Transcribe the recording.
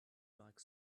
like